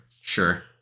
Sure